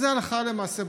אז זה הלכה למעשה,